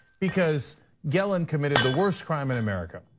because gelin committed the worst crime in america,